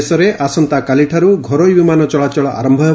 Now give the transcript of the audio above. ଦେଶରେ ଆସନ୍ତାକାଲିଠାରୁ ଘରୋଇ ବିମାନ ଚଳାଚଳ ଆରମ୍ଭ ହେବ